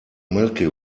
milky